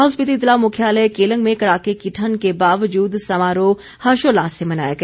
लाहौल स्पीति ज़िला मुख्यालय केलंग में कड़ाके की ठण्ड के बावजूद समारोह हर्षोल्लास से मनाया गया